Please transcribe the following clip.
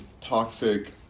toxic